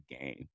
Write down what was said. game